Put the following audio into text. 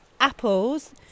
apples